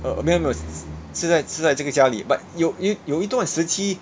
uh 没有没有现在是在这个家里 but 有有有一段时期